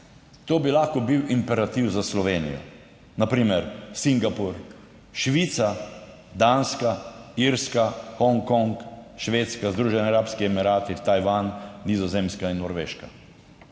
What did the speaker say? to bi lahko bil imperativ za Slovenijo -, na primer Singapur, Švica, Danska, Irska, Hongkong, Švedska, Združeni arabski emirati, Tajvan, Nizozemska in Norveška.